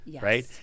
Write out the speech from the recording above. right